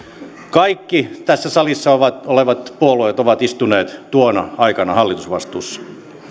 kaikki tässä salissa olevat puolueet ovat istuneet tuona aikana hallitusvastuussa